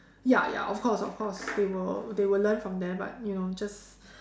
ya ya of course of course they will they will learn from there but you know just